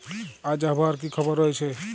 আজ আবহাওয়ার কি খবর রয়েছে?